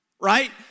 Right